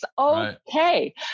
okay